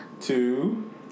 two